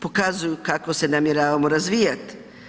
Pokazuju kako se namjeravamo razvijat.